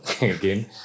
Again